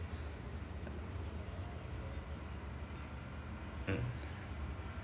mm